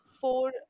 four